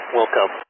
welcome